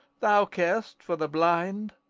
thou carest for the blind.